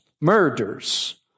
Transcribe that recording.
murders